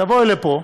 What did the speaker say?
תבואי לפה,